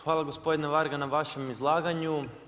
Hvala gospodine Varga na vašem izlaganju.